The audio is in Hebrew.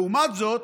לעומת זאת,